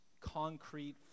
concrete